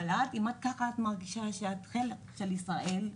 אבל היא מרגישה שהיא חלק מישראל,